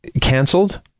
canceled